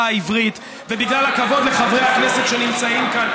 העברית ובגלל הכבוד לחברי הכנסת שנמצאים כאן.